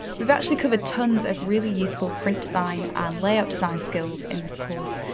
we've actually covered tons of really useful print design and layout design skills in this course.